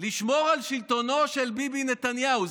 לשמור על שלטונו של ביבי נתניהו.